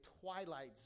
Twilight